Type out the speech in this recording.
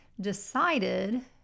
decided